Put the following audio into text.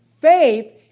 Faith